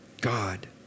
God